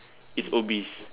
it's obese